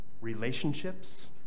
relationships